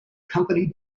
company